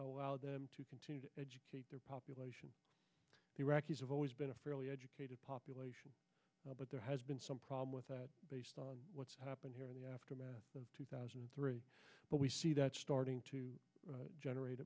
taken them to continue to educate their population the iraqis have always been a fairly educated population but there has been some problem with that based on what's happened here in the aftermath of two thousand and three but we see that starting to generate